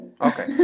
Okay